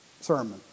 sermon